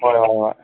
ꯍꯣꯏ ꯍꯣꯏ ꯍꯣꯏ